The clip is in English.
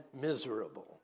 miserable